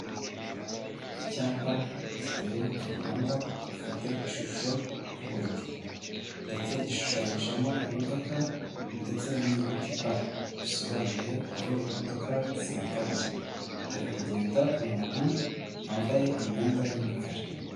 Icyapa giteye ku muhanda gifite ishusho y'ubururu ndetse gishushanyijemo imodoka ndetse n'inyuguti P bisobanuye aho imodoka zihagarara. Hari kugenda umuntu wambaye imyenda y'imikara.